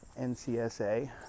NCSA